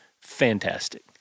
fantastic